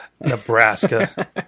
Nebraska